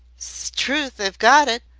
strewth! i've got it.